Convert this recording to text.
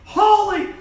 holy